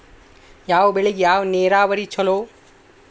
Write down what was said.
ಯಾವ ಬೆಳಿಗೆ ಯಾವ ನೇರಾವರಿ ಛಲೋ?